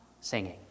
singing